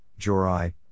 Jorai